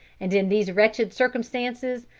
and in these wretched circumstances,